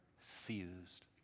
fused